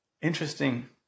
interesting